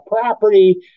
property